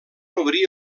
obrir